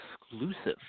exclusive